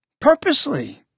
purposely